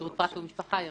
שירות פרט ומשפחה - ירחיבו.